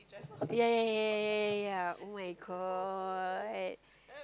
ya ya ya ya ya ya [oh]-my-god